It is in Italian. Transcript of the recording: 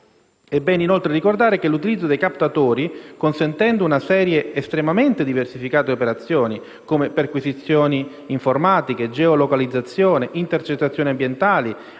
È bene, inoltre, ricordare che l'utilizzo dei captatori, consentendo una serie estremamente diversificata di operazioni, come perquisizioni informatiche, geolocalizzazione, intercettazioni ambientali,